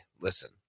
listen